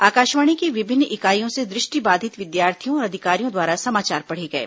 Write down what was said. आकाशवाणी की विभिन्न इकाइयों से दृष्टिबाधित विद्यार्थियों और अधिकारियों द्वारा समाचार पढ़े गये